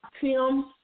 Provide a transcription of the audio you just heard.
Tim